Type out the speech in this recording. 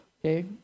okay